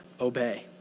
obey